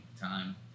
time